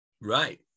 Right